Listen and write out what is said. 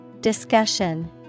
Discussion